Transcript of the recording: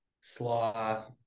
slaw